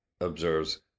observes